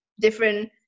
different